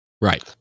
right